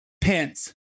Pence